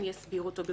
אם